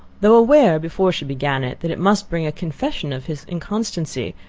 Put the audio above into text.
though aware, before she began it, that it must bring a confession of his inconstancy,